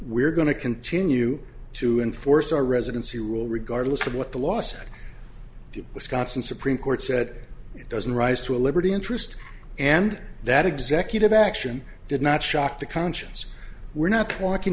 we're going to continue to enforce our residency rule regardless of what the last the wisconsin supreme court said it doesn't rise to a liberty interest and that executive action did not shock the conscience we're not talking